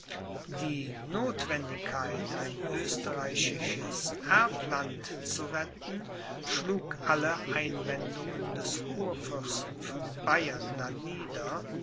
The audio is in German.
die notwendigkeit ein österreichisches erbland zu retten schlug alle einwendungen des kurfürsten von bayern